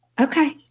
Okay